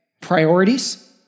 Priorities